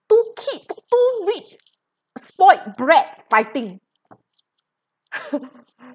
two kid two rich spoilt brat fighting